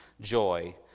joy